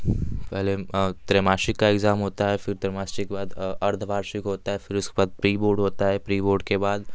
पहले त्रैमासिक का इग्ज़ाम होता है फिर त्रैमासिक के बाद अर्ध वार्षिक होता है फिर उसके बाद प्री बोर्ड होता है प्री बोर्ड के बाद